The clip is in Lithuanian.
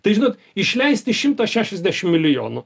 tai žinot išleisti šimtą šešiasdešimt milijonų